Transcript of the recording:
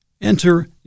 Enter